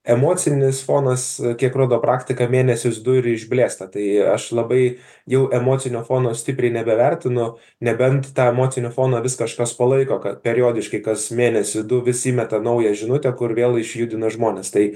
emocinis fonas kiek rodo praktika mėnesis du ir išblėsta tai aš labai jau emocinio fono stipriai nebevertinu nebent tą emocinio fono vis kažkas palaiko kad periodiškai kas mėnesį du vis įmeta naują žinutę kur vėl išjudina žmones tai